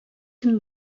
көн